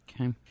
Okay